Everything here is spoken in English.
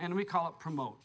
and we call it promote